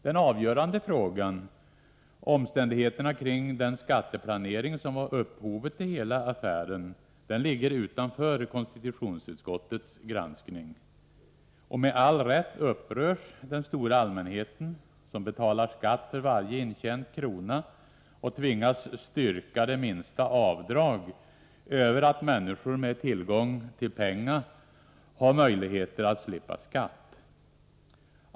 Den avgörande frågan — omständigheterna kring den skatteplanering som var upphovet till hela affären — ligger utanför konstitutionsutskottets granskning. Med all rätt upprörs den stora allmänheten, som betalar skatt för varje intjänad krona och tvingas styrka det minsta avdrag, över att människor med tillgång till pengar har möjligheter att slippa skatt.